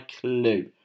clue